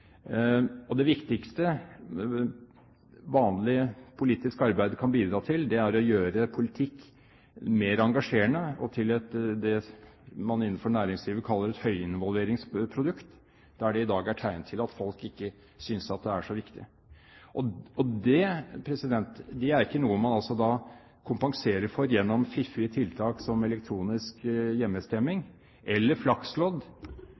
Det viktigste vanlig politisk arbeid kan bidra til, er å gjøre politikk mer engasjerende og til det man innenfor næringslivet kaller et «høyinvolveringsprodukt», der det i dag er tegn til at folk ikke synes at det er så viktig. Det er ikke noe man da kompenserer for gjennom fiffige tiltak som elektronisk